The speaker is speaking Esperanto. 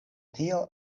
tio